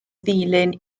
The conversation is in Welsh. ddulyn